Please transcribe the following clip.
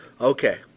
Okay